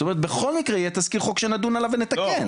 זאת אומרת בכל מקרה יהיה תזכיר חוק שנדון עליו ונתקן.